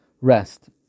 rest